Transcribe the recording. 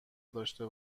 داشته